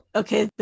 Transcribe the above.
okay